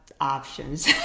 options